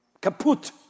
Kaput